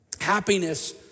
happiness